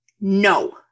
no